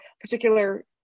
particular